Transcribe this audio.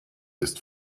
ist